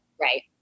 Right